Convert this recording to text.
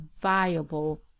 viable